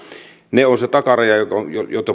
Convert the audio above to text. se on se takaraja johon